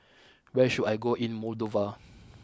where should I go in Moldova